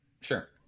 Sure